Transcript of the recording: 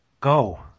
Go